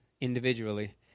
individually